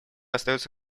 остается